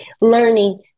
learning